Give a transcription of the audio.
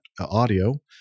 audio